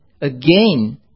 again